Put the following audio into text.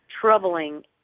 troubling